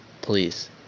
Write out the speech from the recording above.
Please